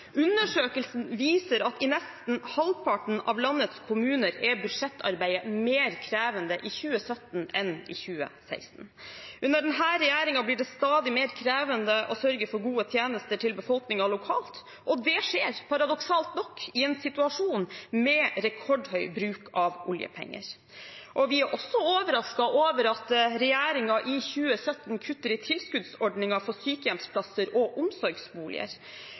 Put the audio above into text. Undersøkelsen viser at i nesten halvparten av landets kommuner er budsjettarbeidet mer krevende i 2017 enn det var i 2016. Under denne regjeringen blir det stadig mer krevende å sørge for gode tjenester til befolkningen lokalt, og det skjer – paradoksalt nok – i en situasjon med rekordhøy bruk av oljepenger. Vi er også overrasket over at regjeringen i 2017 kutter i tilskuddsordningen for sykehjemsplasser og omsorgsboliger.